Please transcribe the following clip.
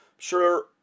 Sure